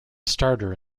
starter